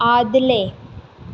आदलें